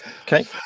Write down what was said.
Okay